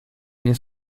nie